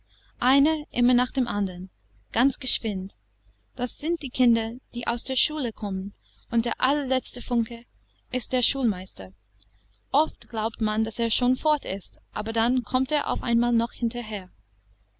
einer immer nach dem andern ganz geschwind das sind die kinder die aus der schule kommen und der allerletzte funke ist der schulmeister oft glaubt man daß er schon fort ist aber dann kommt er auf einmal noch hinterher